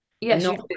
Yes